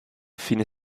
fine